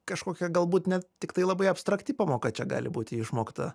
kažkokia galbūt net tiktai labai abstrakti pamoka čia gali būti išmokta